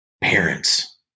parents